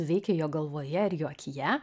veikė jo galvoje ir jo akyje